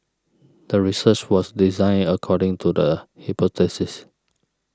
the research was designed according to the hypothesis